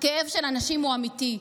הכאב של אנשים הוא אמיתי.